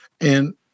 And-